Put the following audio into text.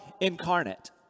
incarnate